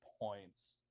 points